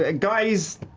ah guys,